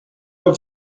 have